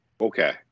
Okay